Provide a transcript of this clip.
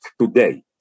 today